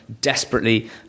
desperately